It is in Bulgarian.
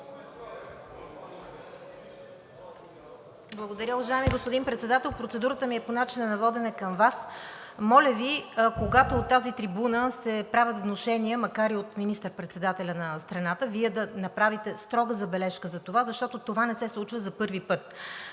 Благодаря, уважаеми господин Председател. Процедурата ми е по начина на водене към Вас. Моля Ви, когато от тази трибуна се правят внушения, макар и от министър-председателя на страната, Вие да направите строга забележка за това, защото не се случва за първи път.